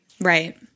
Right